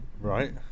Right